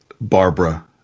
Barbara